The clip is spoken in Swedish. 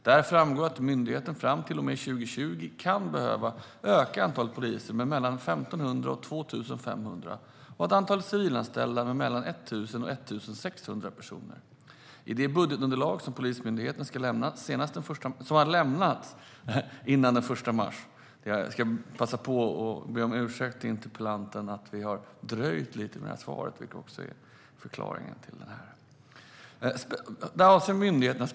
Där framgår det att myndigheten fram till och med 2020 kan behöva öka antalet poliser med mellan 1 500 och 2 500 och antalet civilanställda med mellan 1 000 och 1 600 personer. I det budgetunderlag som Polismyndigheten har lämnat före den 1 mars har myndigheten specificerat sina resursbehov. Därefter kommer regeringen i vanlig ordning att bereda detta inom ramen för arbetet med nästa års budgetförslag.